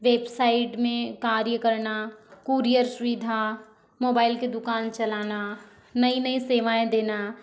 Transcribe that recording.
website में कार्य करना कूरियर सुविधा मोबाइल की दुकान चलाना नई नई सेवाएँ देना